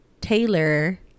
Taylor